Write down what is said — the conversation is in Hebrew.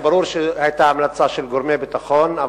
וברור שהיתה המלצה של גורמי ביטחון,